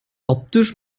optisch